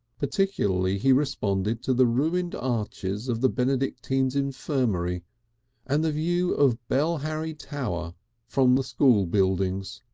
particularly he responded to the ruined arches of the benedictine's infirmary and the view of bell harry tower from the school buildings.